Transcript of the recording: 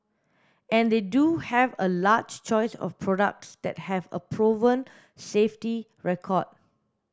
and they do have a large choice of products that have a proven safety record